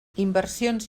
inversions